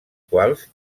quals